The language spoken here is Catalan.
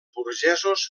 burgesos